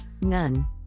None